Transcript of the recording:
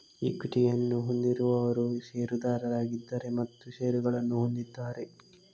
ಈಕ್ವಿಟಿಯನ್ನು ಹೊಂದಿರುವವರು ಷೇರುದಾರರಾಗಿದ್ದಾರೆ ಮತ್ತು ಷೇರುಗಳನ್ನು ಹೊಂದಿದ್ದಾರೆ